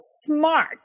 smart